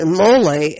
mole